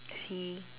I see